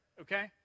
okay